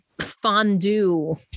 fondue